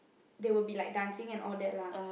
they will be like dancing and all that lah